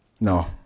No